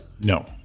No